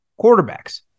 quarterbacks